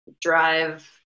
drive